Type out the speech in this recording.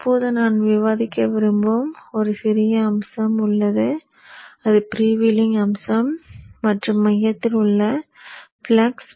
இப்போது நான் விவாதிக்க விரும்பும் ஒரு சிறிய அம்சம் உள்ளது அது ஃப்ரீவீலிங் அம்சம் மற்றும் மையத்தில் உள்ள ஃப்ளக்ஸ்